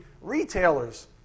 retailers